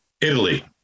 Italy